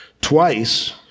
Twice